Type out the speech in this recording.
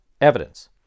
evidence